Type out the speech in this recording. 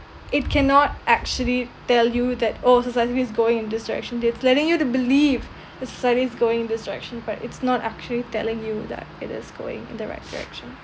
it cannot actually tell you that oh society is going in this direction it's letting you to believe the society is going in this direction but it's not actually telling you that it is going in the right direction